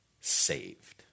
saved